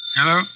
Hello